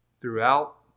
throughout